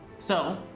so,